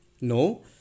No